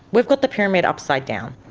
we've got the pyramid upside down.